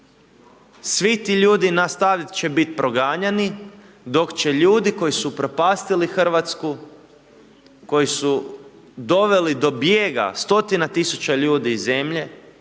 Svi ti ljudi nastavit će bit proganjani dok će ljudi koji su upropastili Hrvatsku, koji su doveli do bijega stotina tisuća ljudi iz zemlje